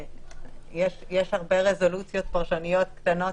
יש הרבה רזולוציות פרשניות קטנות,